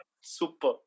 Super